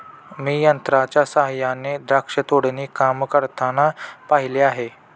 मी यंत्रांच्या सहाय्याने द्राक्ष तोडणी काम करताना पाहिले आहे